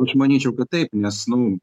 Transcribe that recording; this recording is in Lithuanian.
aš manyčiau kad taip nes nu